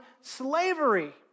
slavery